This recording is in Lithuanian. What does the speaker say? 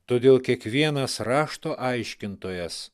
todėl kiekvienas rašto aiškintojas